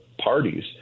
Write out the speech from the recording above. parties